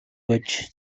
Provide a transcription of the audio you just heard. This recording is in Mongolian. байж